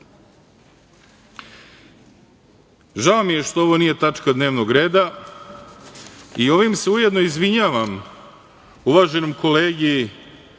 mi je što ovo nije tačka dnevnog reda i ovim se ujedno izvinjavam uvaženom kolegi